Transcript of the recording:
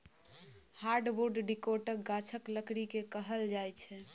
hardwood डिकौटक गाछक लकड़ी केँ कहल जाइ छै